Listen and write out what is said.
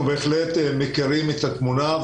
אנחנו בהחלט מכירים את התמונה,